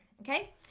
Okay